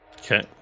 Okay